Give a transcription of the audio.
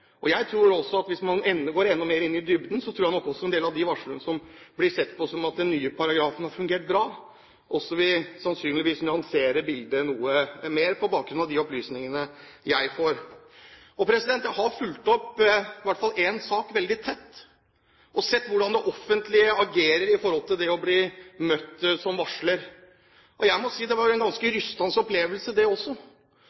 Hvis man går enda mer i dybden, tror jeg nok også at en del av varslerne der det vurderes slik at den nye paragrafen har fungert bra, også sannsynligvis vil nyansere bildet noe mer, på bakgrunn av de opplysningene jeg får. Jeg har fulgt opp i hvert fall én sak veldig tett og sett hvordan det offentlige agerer når det gjelder det å bli møtt som varsler. Jeg må si det var en ganske